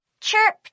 Chirp